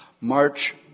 March